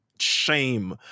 shame